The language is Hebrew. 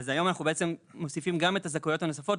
אז היום אנחנו מוסיפים גם את הזכאויות הנוספות,